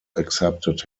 accepted